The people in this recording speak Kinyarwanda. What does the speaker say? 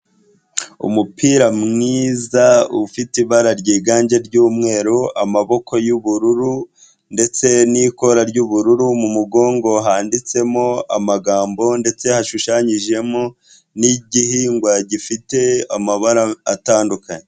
Umupira mwiza, ufite ibara ryiganje ry'umweru, amaboko y'ubururu ndetse n'ikora ry'ubururu, mu mugongo handitsemo amagambo ndetse hashushanyijemo n'igihingwa gifite amabara atandukanye.